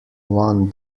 one